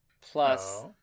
plus